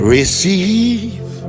Receive